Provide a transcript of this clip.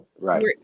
right